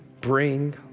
bring